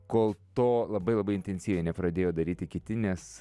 kol to labai labai intensyviai nepradėjo daryti kiti nes